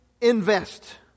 invest